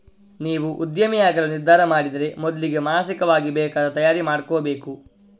ನೀವು ಉದ್ಯಮಿಯಾಗಲು ನಿರ್ಧಾರ ಮಾಡಿದ್ರೆ ಮೊದ್ಲಿಗೆ ಮಾನಸಿಕವಾಗಿ ಬೇಕಾದ ತಯಾರಿ ಮಾಡ್ಕೋಬೇಕು